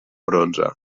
bronze